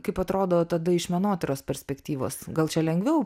kaip atrodo tada iš menotyros perspektyvos gal čia lengviau